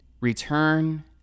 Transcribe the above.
return